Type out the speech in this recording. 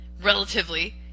relatively